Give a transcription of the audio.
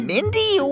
Mindy